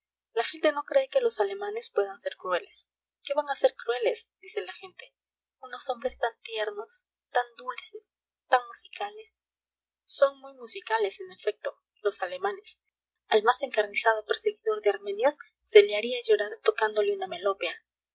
la gente no cree que los alemanes puedan ser crueles qué van a ser crueles dice la gente unos hombres tan tiernos tan dulces tan musicales son muy musicales en efecto los alemanes al más encarnizado perseguidor de armenios se le haría llorar tocándole una melopea